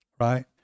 right